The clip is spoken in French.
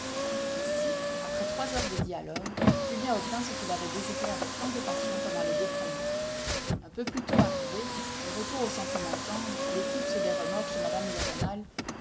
ainsi après trois heures de dialogue julien obtint ce qu'il avait désiré avec tant de passion pendant les deux premières un peu plus tôt arrivés le retour aux sentiments tendres l'éclipse des remords chez mme de rênal